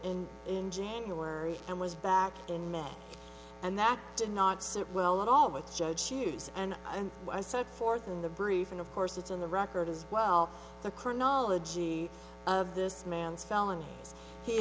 and in january and was back in may and that did not sit well at all with judge shoes and i set forth in the brief and of course it's on the record as well the chronology of this man's felony he